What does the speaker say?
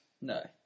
No